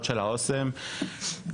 שאתם אספתם.